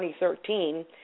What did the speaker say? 2013